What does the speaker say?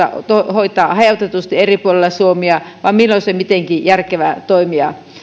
hoitaa hajautetusti eri puolilla suomea ja milloin mitenkin on järkevää toimia